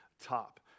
top